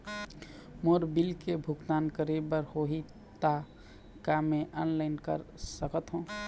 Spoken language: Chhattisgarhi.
मोर बिल के भुगतान करे बर होही ता का मैं ऑनलाइन कर सकथों?